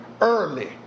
early